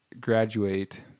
graduate